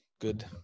good